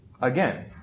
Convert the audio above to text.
Again